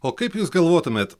o kaip jūs galvotumėt